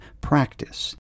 practice